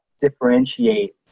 differentiate